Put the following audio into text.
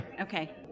Okay